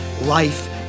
life